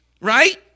right